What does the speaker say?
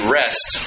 rest